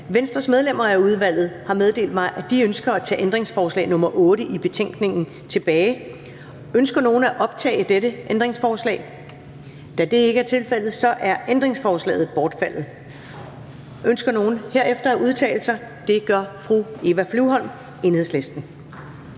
Venstres medlemmer af udvalget har meddelt mig, at de ønsker at tage ændringsforslag nr. 8 i betænkningen tilbage. Ønsker nogen at optage dette ændringsforslag? Da det ikke er tilfældet, er ændringsforslaget bortfaldet. Ønsker nogen herefter at udtale sig? Det gør fru Eva Flyvholm, Enhedslisten.